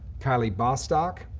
kylie bostock,